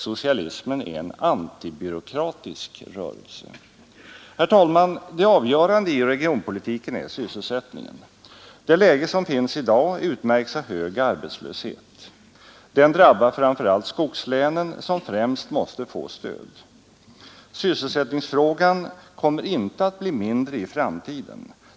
Socialismen är en antibyråkratisk rörelse. Herr talman! Det avgörande i regionalpolitiken är sysselsättningen. Det läge som råder i dag utmärks av hög arbetslöshet. Den drabbar framför allt skogslänen, som främst måste få stöd. Sysselsättningsfrågan kommer inte att bli mindre i framtiden.